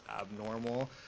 abnormal